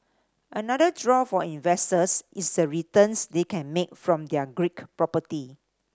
another draw for investors is the returns they can make from their Greek property